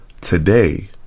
Today